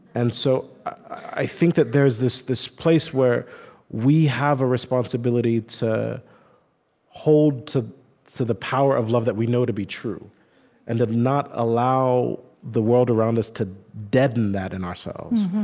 and so i think that there's this this place where we have a responsibility to hold to to the power of love that we know to be true and to not allow the world around us to deaden that in ourselves.